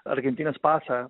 argentinos pasą